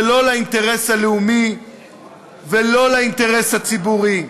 ולא לאינטרס הלאומי ולא לאינטרס הציבורי.